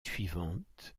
suivante